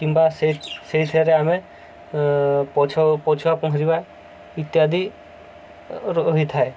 କିମ୍ବା ସେଇ ସେଇ ଆମେ ହିସାବରେ ପଛ ପଛୁଆ ପହଁରିବା ଇତ୍ୟାଦି ରହିଥାଏ